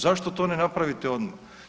Zašto to ne napraviti odmah?